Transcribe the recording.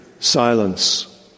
silence